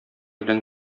белән